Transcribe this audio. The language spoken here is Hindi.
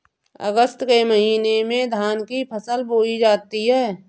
अगस्त के महीने में धान की फसल बोई जाती हैं